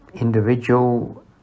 individual